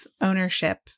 ownership